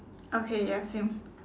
okay ya same